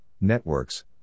networks